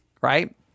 right